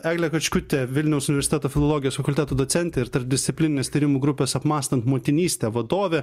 eglė kačkutė vilniaus universiteto filologijos fakulteto docentė ir tarpdisciplininės tyrimų grupės apmąstan motinystę vadovė